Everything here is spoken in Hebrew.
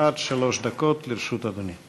עד שלוש דקות לרשות אדוני.